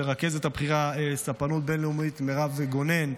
לרכזת בכירה ספנות בין-לאומית מירב גונן.